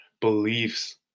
beliefs